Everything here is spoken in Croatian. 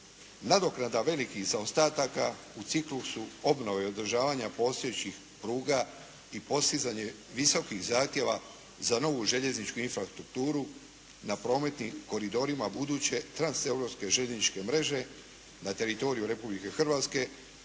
Nadoknada velikih zaostataka u ciklusu obnove i održavanja postojećih pruga i postizanje visokih zahtjeva za novu željezničku infrastrukturu na prometnim koridorima buduće transeuropske željezničke mreže na teritoriju Republike Hrvatske